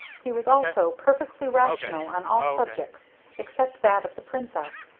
he was also perfectly rational on all subjects except that of the princess,